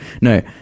No